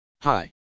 Hi